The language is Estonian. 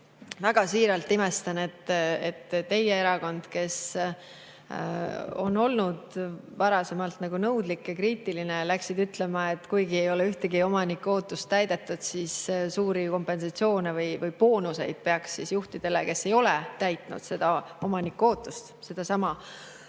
väga siiralt imestan, et teie erakond, kes on olnud varasemalt nõudlik ja kriitiline, läks ütlema, et kuigi ei ole ühtegi omaniku ootust täidetud, siis peaks suuri kompensatsioone või boonuseid [maksma] juhtidele, kes ei ole täitnud seda omaniku ootust, sedasama, millele